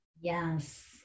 Yes